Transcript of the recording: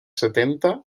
setenta